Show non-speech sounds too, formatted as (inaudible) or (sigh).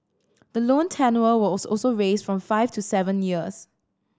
the loan (unintelligible) was also raised from five to seven years